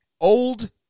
old